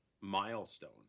milestone